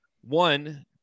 One